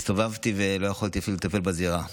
הסתובבתי ולא יכולתי לטפל בזירה.